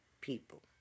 people